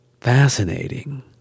Fascinating